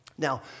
Now